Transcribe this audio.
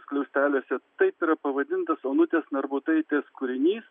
skliausteliuose taip yra pavadintas onutės narbutaitės kūrinys